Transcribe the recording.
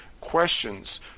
questions